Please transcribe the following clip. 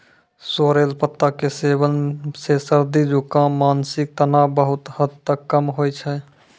sorrel पत्ता के सेवन सॅ सर्दी, जुकाम, मानसिक तनाव बहुत हद तक कम होय छै